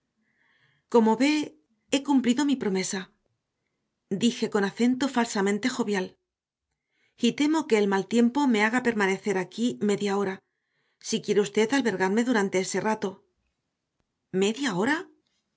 como ve he cumplido mi promesa dije con acento falsamente jovial y temo que el mal tiempo me haga permanecer aquí media hora si quiere usted albergarme durante ese rato media hora